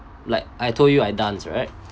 like I told you I dance right